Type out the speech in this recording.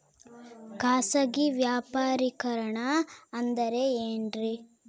ಖಾಸಗಿ ವ್ಯಾಪಾರಿಕರಣ ಅಂದರೆ ಏನ್ರಿ?